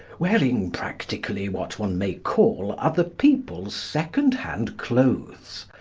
wearing practically what one may call other people's second-hand clothes,